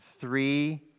three